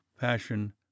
passion